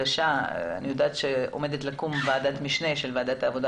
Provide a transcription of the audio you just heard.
אני יודעת שאמורה לקום ועדת משנה של ועדת העבודה,